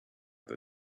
the